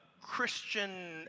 Christian